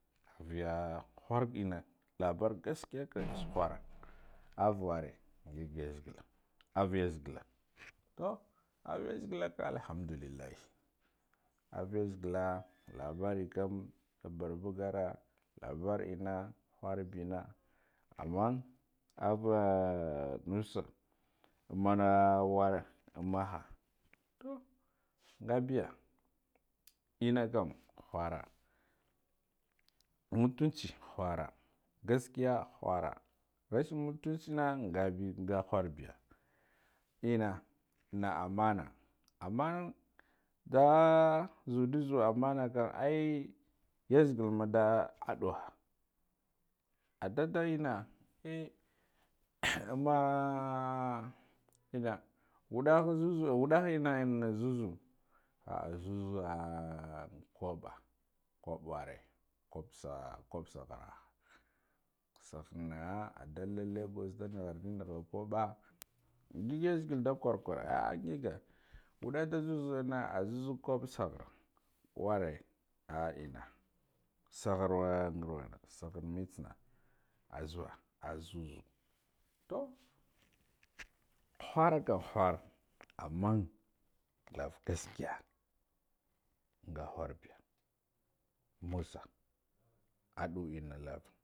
Biya khar enna labar gaskiya kam tsukhura ava warre ngig yazegala ava yazegala, toh avu yazegala kam alhamdulilahi. Ava yaze gale labari kum da barbo yara labari enna khara bina amman ava nasar ammana walla ammaha, to ngabiya enna kam khura mutunci khara gaskiya khura rashen mutuncin ngabe nga khada biya, enna anna anumna amman da zadu zawu ammana ka to ai yazegola nda aduwa adalda enna e amma enna waddahi zuzu wudda enna zuzu ah zuzu hkabba kubba wore, kubsa kubsa kubsa saghera sagherana adalda lagas ndanighardi nagha kubba ngig yazegala da kwor kwar ai ah ngige wadda da zuzu enna azazu kubba saghare worre ah enna, sagherna ngrawa sakhar mitsena azuwo azu enna to khura kam khura amman lava gaskiya nga khar biya musa